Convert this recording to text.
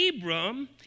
Abram